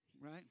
right